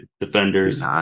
Defenders